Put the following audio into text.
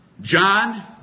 John